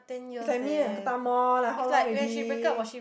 is like me and uncle Tham loh like how long already